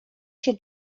się